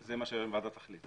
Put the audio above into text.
מה שהוועדה תחליט.